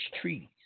treaties